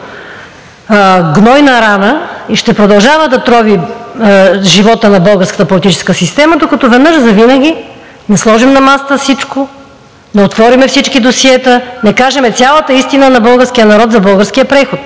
гнойна рана и ще продължава да трови живота на българската политическа система, докато веднъж завинаги не сложим на масата всичко, не отворим всички досиета, не кажем цялата истина на българския народ за българския преход.